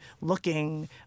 looking